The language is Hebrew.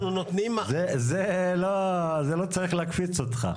זה לא צריך להקפיץ אותך.